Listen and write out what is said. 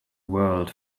world